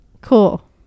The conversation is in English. cool